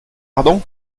ardan